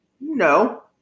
No